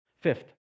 Fifth